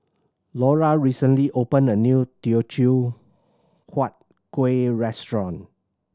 Lora recently opened a new Teochew Huat Kueh restaurant